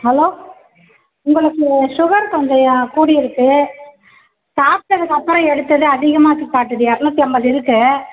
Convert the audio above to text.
hello உங்களுக்கு sugar கொஞ்சம் கூடி இருக்குது சாப்பிட்டத்துக்கு அப்புறம் எடுத்தது அதிகமாக்கி காட்டுது இரநூத்தி ஐம்பது இருக்குது